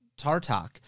Tartak